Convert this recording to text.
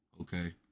Okay